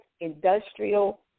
industrial